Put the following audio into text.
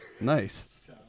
Nice